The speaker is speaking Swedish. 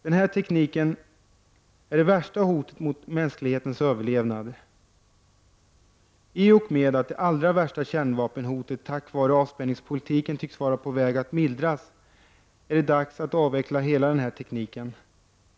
Denna teknik är det värsta hotet mot mänsklighetens överlevnad. I och med att det allra värsta kärnvapenhotet tack vare avspänningspolitiken tycks vara på väg att mildras är det dags att avveckla hela denna teknik.